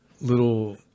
little